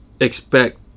expect